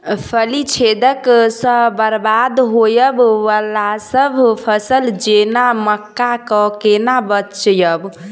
फली छेदक सँ बरबाद होबय वलासभ फसल जेना मक्का कऽ केना बचयब?